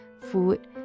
food